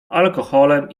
alkoholem